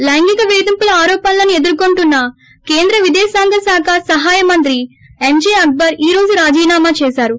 లైంగిక వేధింపుల ఆరోపణలను ఎదుర్కొంటున్న కేంద్ర విదేశాంగ శాఖ సహాయ మంత్రి ఎంజే అక్సర్ ఈ రోజు రాజీనామా చేశారు